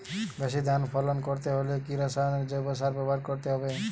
বেশি ধান ফলন করতে হলে কি রাসায়নিক জৈব সার ব্যবহার করতে হবে?